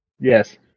Yes